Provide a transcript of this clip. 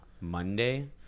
Monday